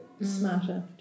smarter